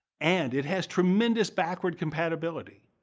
and, it has tremendous backward compatibility.